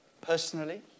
Personally